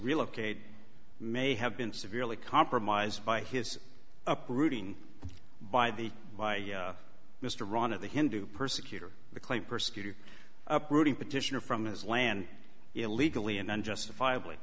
relocate may have been severely compromised by his uprooting by the by mr ron of the hindu persecutor the clay persecutor uprooting petitioner from his land illegally and unjustifiably